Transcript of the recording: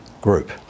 group